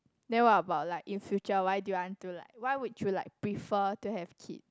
then what about like in future why do you want to like why would you like prefer to have kid